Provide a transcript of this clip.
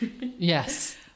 Yes